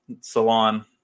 salon